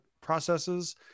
processes